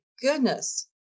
goodness